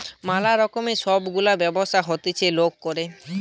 ম্যালা রকমের সব গুলা ব্যবসা হতিছে লোক করে